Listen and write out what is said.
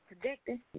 predicting